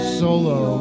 solo